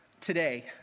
today